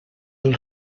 del